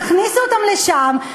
תכניסו אותם לשם,